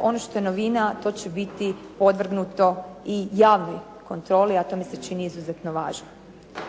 ono što je novina, to će biti podvrgnuto i javnoj kontroli, a to mi se čini izuzetno važno.